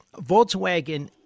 Volkswagen